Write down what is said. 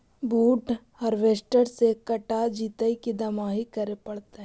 बुट हारबेसटर से कटा जितै कि दमाहि करे पडतै?